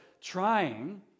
trying